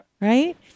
Right